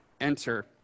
enter